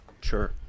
Sure